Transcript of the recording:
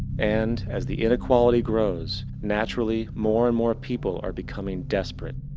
and, as the inequality grows, naturally, more and more people are becoming desperate.